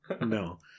No